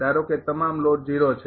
ધારો કે તમામ લોડ છે